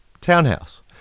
townhouse